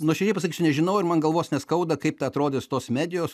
nuoširdžiai pasakysiu nežinau ir man galvos neskauda kaip ta atrodys tos medijos